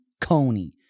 coney